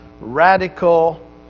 Radical